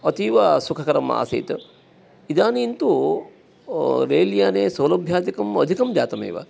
अतीवसुखकरम् आसीत् इदानीन्तु रेल् याने सौलभ्यादिकम् अधिकं जातमेव